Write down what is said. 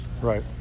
Right